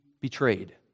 betrayed